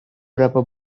berapa